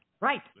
Right